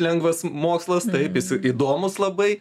lengvas mokslas taip jis įdomūs labai